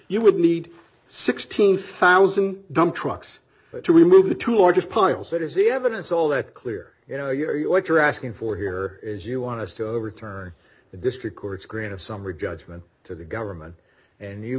you would need sixteen thousand dump trucks to remove the two largest piles that is the evidence all that clear you know you're what you're asking for here is you want to overturn the district court's grant of summary judgment to the government and you